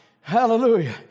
Hallelujah